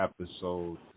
episode